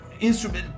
Instrument